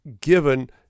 given